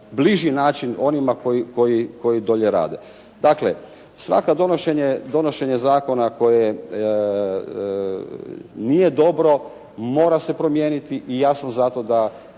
bliži način onima koji dolje rade. Dakle svako donošenje zakona koje nije dobro, mora se promijeniti i ja sam za to da